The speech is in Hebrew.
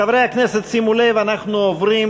חברי הכנסת, שימו לב, אנחנו עוברים